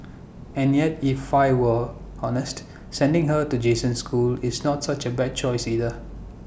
and yet if I were honest sending her to Jason's school is not such A bad choice either